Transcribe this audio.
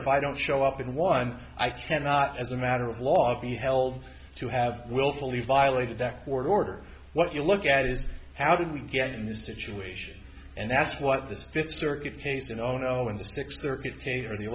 if i don't show up in one i cannot as a matter of law be held to have willfully violated that court order what you look at is how did we get in this situation and that's what this fifth circuit case you know no in the sixth